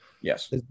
Yes